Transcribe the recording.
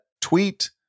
tweet